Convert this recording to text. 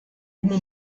uma